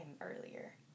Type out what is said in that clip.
earlier